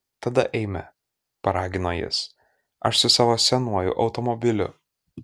tada eime paragino jis aš su savo senuoju automobiliu